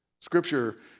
Scripture